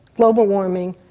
global warming,